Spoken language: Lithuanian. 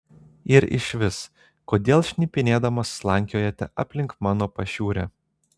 ir išvis kodėl šnipinėdamas slankiojate aplink mano pašiūrę